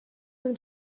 him